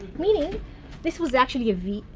meaning this was actually a v,